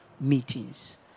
meetings